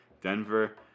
Denver